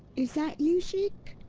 is that you, sheik!